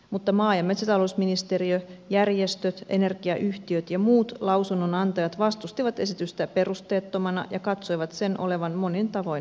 mutta maa ja metsätalousministeriö järjestöt energiayhtiöt ja muut lausunnonantajat vastustivat esitystä perusteettomana ja katsoivat sen olevan monin tavoin haitallinen